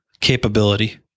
capability